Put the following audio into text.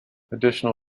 additional